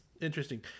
interesting